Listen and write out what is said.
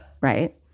Right